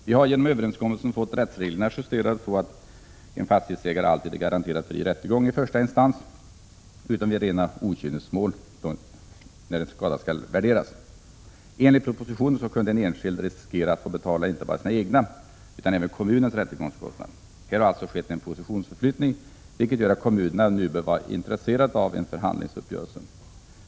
Vi har genom överenskommelsen fått rättsreglerna justerade så att en fastighetsägare alltid då en skada skall värderas är garanterad fri rättegång i första instans, utom vid rena okynnesmål. Enligt propositionen kunde en enskild riskera att få betala inte bara sina egna utan även kommunens rättegångskostnader. Här har alltså skett en positionsförflyttning, vilket gör att kommunerna nu bör vara intresserade av en förhandlingsuppgörelse.